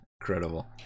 Incredible